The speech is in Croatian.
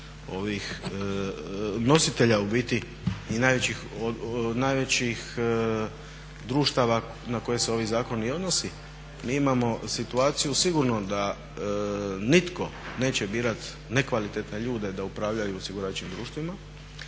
ovih, nositelja u biti i najvećih društava na koje se ovi zakoni i odnose. Mi imamo situaciju sigurno da nitko neće birati nekvalitetne ljude da upravljaju osiguravajućim društvima.